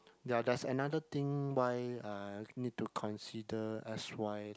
ya there's another thing why uh need to consider s_y like